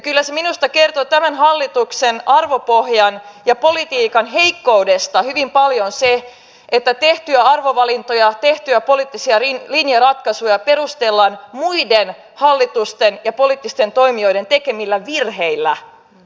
kyllä minusta kertoo tämän hallituksen arvopohjan ja politiikan heikkoudesta hyvin paljon se että tehtyjä arvovalintoja tehtyjä poliittisia linjaratkaisuja perustellaan muiden hallitusten ja poliittisten toimijoiden tekemillä virheillä